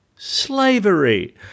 slavery